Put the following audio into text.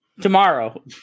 Tomorrow